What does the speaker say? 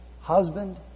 husband